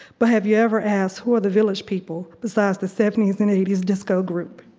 but have you ever asked, who are the village people, besides the seventy s and eighty s disco group?